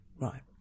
Right